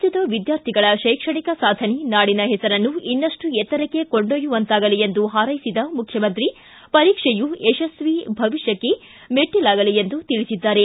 ರಾಜ್ಯದ ವಿದ್ಕಾರ್ಥಿಗಳ ಕೈಕ್ಷಣಿಕ ಸಾಧನೆ ನಾಡಿನ ಹೆಸರನ್ನು ಇನ್ನಷ್ಟು ಎತ್ತರಕ್ಕೆ ಕೊಂಡೊಯ್ಯುವಂತಾಗಲಿ ಎಂದು ಹಾರೈಸಿದ ಮುಖ್ಯಮಂತ್ರಿ ಪರೀಕ್ಷೆಯು ಯಶಸ್ವಿ ಭವಿಷ್ಯಕ್ಕೆ ಮೆಟ್ಟಲಾಗಲಿ ಎಂದು ತಿಳಿಸಿದ್ದಾರೆ